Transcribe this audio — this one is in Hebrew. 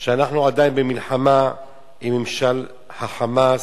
שאנחנו עדיין במלחמה עם ממשל ה"חמאס",